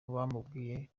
bamubwiye